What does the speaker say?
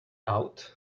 out